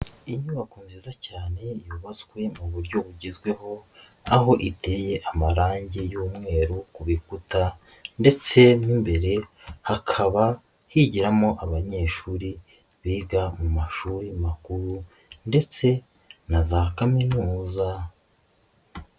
Inyubako nziza cyane yubatswe mu buryo bugezweho aho iteye amarange y'umweru ku bikuta ndetse mo imbere hakaba higiramo abanyeshuri biga mu mashuri makuru ndetse na za kaminuza.